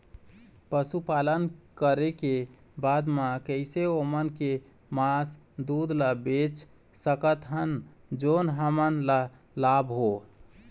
पशुपालन करें के बाद हम कैसे ओमन के मास, दूध ला बेच सकत हन जोन हमन ला लाभ हो?